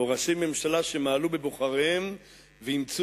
או ראשי ממשלה שמעלו בבוחריהם ואימצו